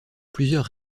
plusieurs